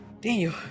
Daniel